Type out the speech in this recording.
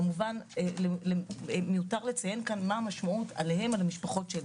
כמובן שמיותר לציין כאן מה המשמעות עליהם ועל המשפחות שלהם.